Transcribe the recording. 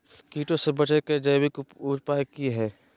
कीटों से बचे के जैविक उपाय की हैय?